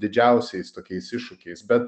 didžiausiais tokiais iššūkiais bet